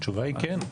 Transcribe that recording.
התשובה היא כן.